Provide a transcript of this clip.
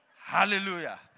Hallelujah